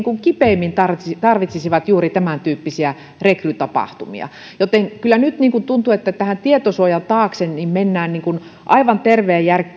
kipeimmin tarvitsisivat tarvitsisivat juuri tämäntyyppisiä rekrytapahtumia joten kyllä nyt tuntuu että tietosuojan taakse mennään aivan terveen